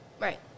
Right